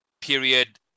period